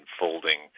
unfolding